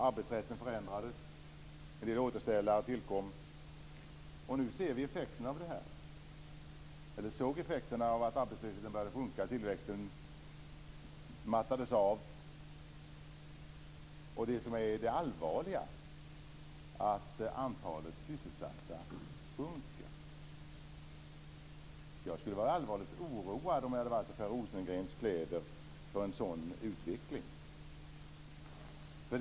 Arbetsrätten förändrades, och en del återställare tillkom. Vi såg effekten av detta: arbetslösheten slutade att sjunka, och tillväxten mattades av. Det allvarliga är att antalet sysselsatta sjunker. Jag skulle vara allvarligt oroad om jag varit i Per Rosengrens kläder och bidragit till en sådan utveckling.